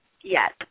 Yes